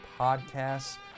podcasts